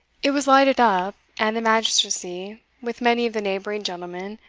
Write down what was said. it was lighted up, and the magistracy, with many of the neighbouring gentlemen,